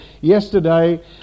yesterday